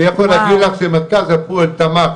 אני יכול להגיד לך שמרכז הפועל תמך